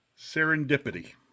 Serendipity